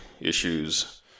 issues